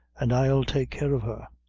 an' i'll take care of her.